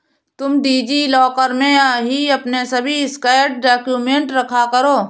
तुम DigiLocker में ही अपने सभी स्कैंड डाक्यूमेंट रखा करो